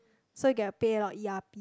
so you get to pay a lot of E_R